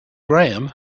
graham